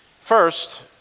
First